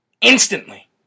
instantly